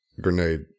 grenade